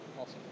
Awesome